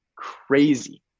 Crazy